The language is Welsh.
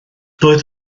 doedd